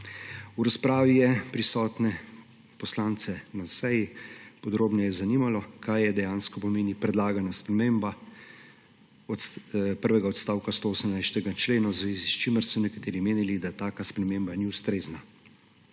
V razpravi je prisotne poslance na seji podrobneje zanimalo, kaj dejansko pomeni predlagana sprememba od prvega odstavka 118. člena, v zvezi s čimer so nekateri menili, da taka sprememba ni ustrezna.